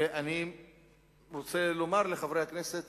ואני רוצה לומר לחברי הכנסת